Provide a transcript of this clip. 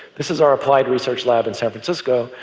this is our applied research lab in san francisco,